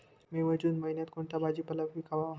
मे व जून महिन्यात कोणता भाजीपाला पिकवावा?